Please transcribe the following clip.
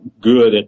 good